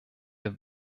der